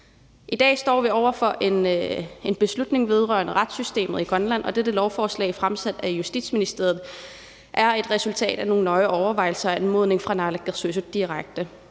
I dag står vi over for en beslutning vedrørende retssystemet i Grønland, og dette lovforslag fremsat af Justitsministeriet er et resultat af nogle nøje overvejelser og en direkte